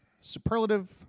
superlative